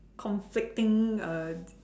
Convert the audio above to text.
conflicting err